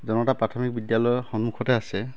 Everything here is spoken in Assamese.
জনতা প্ৰাথমিক বিদ্যালয়ৰ সন্মুখতে আছে